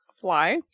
fly